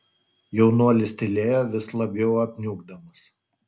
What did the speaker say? jaunuolis tylėjo vis labiau apniukdamas